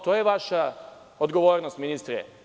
To je vaša odgovornost ministre.